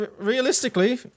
realistically